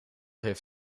heeft